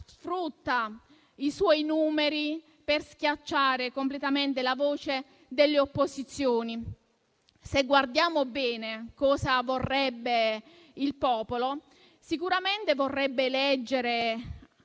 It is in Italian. sfrutta i suoi numeri per schiacciare completamente la voce delle opposizioni. Se guardiamo bene cosa vorrebbe il popolo, sicuramente vorrebbe eleggere